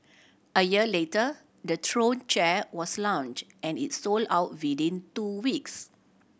a year later the Throne chair was launch and it sold out within two weeks